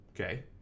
Okay